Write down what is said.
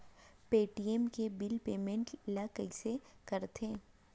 Paytm के bill payment ल कइसे करथे?